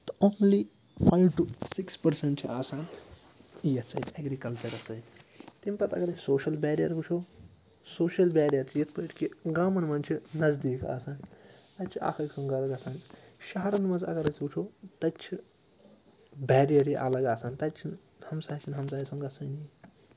تہٕ only five to six percent چھِ آسان یَتھ سۭتۍ اٮ۪گرِکَلچَرَس سۭتۍ تَمہِ پَتہٕ اَگر أسۍ سوشَل بیریَر وٕچھو سوشَل بیریَر چھِ یِتھ پٲٹھۍ کہِ گامَن منٛز چھِ نزدیٖک آسان تَتہِ چھِ اَکھ أکۍ سُنٛد گَرٕ گژھان شَہرَن منٛز اَگر أسۍ وٕچھو تَتہِ چھِ بیریَرٕے اَلگ آسان تَتہِ چھِنہٕ ہَمساے چھِنہٕ ہَمساے سُنٛد گژھٲنی